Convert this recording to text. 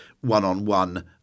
one-on-one